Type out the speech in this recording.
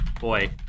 Boy